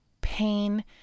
pain